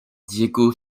diego